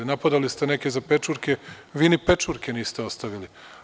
Napadali ste neke za pečurke, vi ni pečurke niste ostavili.